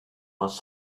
was